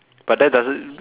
but that doesn't